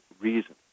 reason